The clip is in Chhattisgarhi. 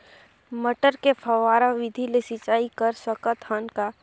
मटर मे फव्वारा विधि ले सिंचाई कर सकत हन का?